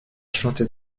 chanter